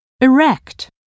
erect